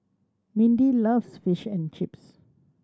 Mindi loves Fish and Chips